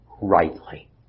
rightly